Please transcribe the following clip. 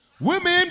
Women